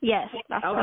Yes